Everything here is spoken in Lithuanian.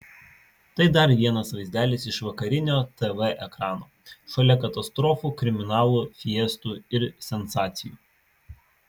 tai dar vienas vaizdelis iš vakarinio tv ekrano šalia katastrofų kriminalų fiestų ir sensacijų